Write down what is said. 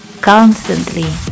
constantly